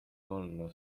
wolno